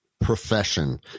profession